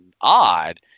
odd